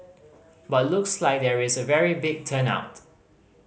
but looks like there is a very big turn out